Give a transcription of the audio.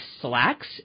slacks